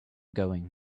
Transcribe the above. going